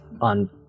on